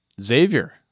Xavier